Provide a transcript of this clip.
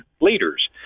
leaders